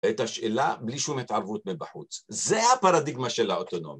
את השאלה בלי שום התערבות מבחוץ, זה הפרדיגמה של האוטונומיה.